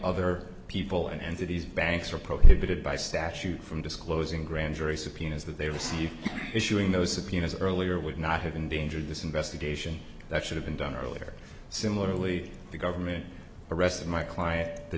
other people and entities banks are prohibited by statute from disclosing grand jury subpoenas that they received issuing those subpoenas earlier would not have endangered this investigation that should have been done earlier similarly the government arrested my client the